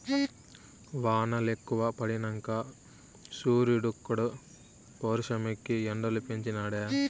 వానలెక్కువ పడినంక సూరీడుక్కూడా పౌరుషమెక్కి ఎండలు పెంచి నాడే